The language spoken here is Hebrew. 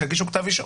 שיגישו כתב אישום.